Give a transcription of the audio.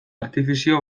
artifizio